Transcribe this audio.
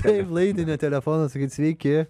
taip laidinio telefono sakyt sveiki